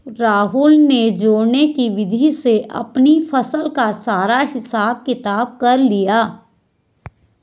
राहुल ने जोड़ने की विधि से अपनी फसल का सारा हिसाब किताब कर लिया